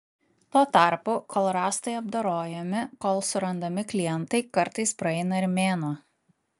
tuo tarpu kol rąstai apdorojami kol surandami klientai kartais praeina ir mėnuo